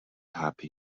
happy